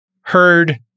heard